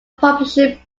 population